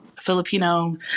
Filipino